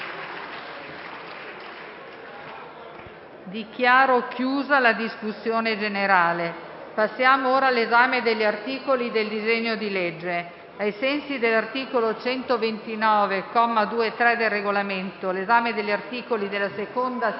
Dichiaro chiusa la discussione generale. Passiamo ora all'esame degli articoli del disegno di legge. Ai sensi dell'articolo 129, commi 2 e 3 del Regolamento, l'esame degli articoli della seconda sezione